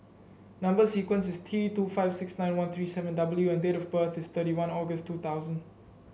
number sequence is T two five six nine one three seven W and date of birth is thirty one August two thousand